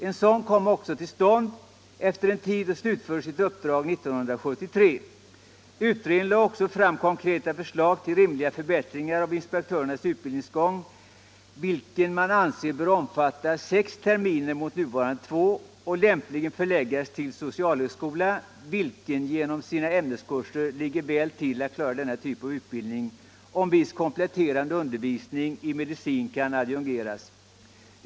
En sådan kom också till stånd efter en tid och slutförde sitt uppdrag 1973. Utredningen lade fram konkreta förslag till rimliga förbättringar av inspek törernas utbildningsgång, vilken man anser bör omfatta sex terminer mot nuvarande två och lämpligen förläggas till socialhögskola, som genom sina ämneskurser ligger väl till för att klara denna typ av utbildning och där viss kompletterande undervisning i medicin kan adjungeras.